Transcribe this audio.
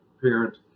parent